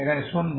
এখানে শূন্য